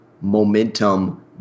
momentum